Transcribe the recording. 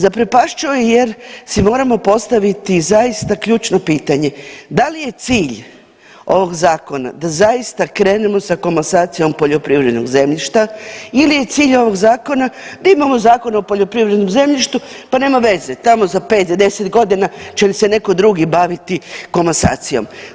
Zaprepašćuje jer si moramo postaviti zaista ključno pitanje, da li je cilj ovog zakona da zaista krenemo sa komasacijom poljoprivrednog zemljišta ili je cilj ovog zakona da imamo Zakon o poljoprivrednom zemljištu pa nema veze tamo za 5, 10 godina će se neko drugi baviti komasacijom.